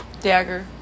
Dagger